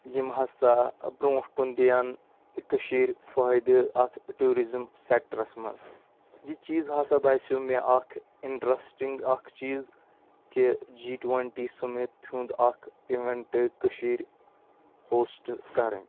یِم ہسا برۄنٛٹھ کُن دِین کٔشیٖر فٲیدٕ اَتھ ٹوٗرِزٕم سیکٹرَس منٛز یہِ چیٖز ہسا باسیو مےٚ اکھ اِنٹرسٹنٛگ اکھ چیٖز کہِ جی ٹووینٛٹی سٔمِت ہُنٛد اکھ اِوینٛٹ کٔشیٖرِ ہوسٹ کَرٕنۍ